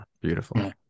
Beautiful